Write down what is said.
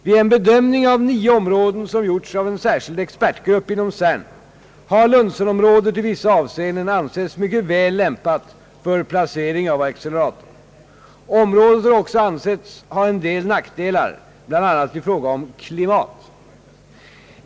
Vid en bedömning av nio områden som gjorts av en särskild expertgrupp inom CERN har Lunsenområdet i vissa avseenden ansetts mycket väl lämpat för placering av acceleratorn. Området har också ansetts ha en del nackdelar, bl.a. i fråga om klimat.